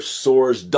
sores